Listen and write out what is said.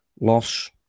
loss